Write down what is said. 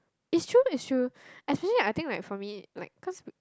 it's true it's true especially I think like for me like cause